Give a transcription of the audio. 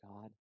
God